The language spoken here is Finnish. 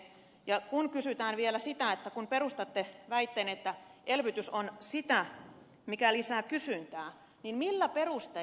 ja kysytään vielä sitä että kun esitätte väitteen että elvytys on sitä mikä lisää kysyntää niin millä perustein